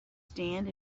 stand